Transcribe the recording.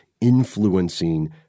influencing